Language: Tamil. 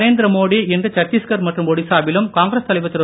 நரேந்திர மோடி இன்று சத்தீஸ்கர் மற்றும் ஒடிசாவிலும் காங்கிரஸ் தலைவர் திரு